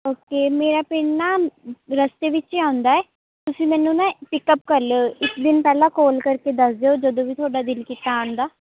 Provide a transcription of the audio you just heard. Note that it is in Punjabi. ਓਕੇ ਮੇਰਾ ਪਿੰਡ ਨਾ ਰਸਤੇ ਵਿੱਚ ਆਉਂਦਾ ਤੁਸੀਂ ਮੈਨੂੰ ਨਾ ਪਿਕਅਪ ਕਰ ਲਿਓ ਇਕ ਦਿਨ ਪਹਿਲਾਂ ਕੋਲ ਕਰਕੇ ਦੱਸ ਦਿਓ ਜਦੋਂ ਵੀ ਤੁਹਾਡਾ ਦਿਲ ਕੀਤਾ ਆਉਣ ਦਾ